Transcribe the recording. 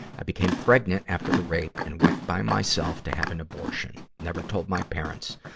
i became pregnant after the rape and went by myself to have an abortion. never told my parents.